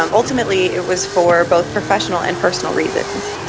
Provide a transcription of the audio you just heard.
um ultimately it was for both professional and personal reasons.